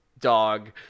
dog